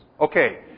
Okay